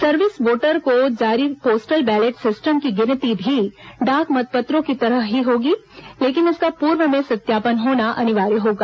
service voter को जारी postal ballot system की गिनती भी डाक मतपत्रों की तरह ही होगी लेकिन इसका पूर्व में सत्यापन होना अनिवार्य होगा